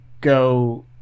go